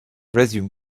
resume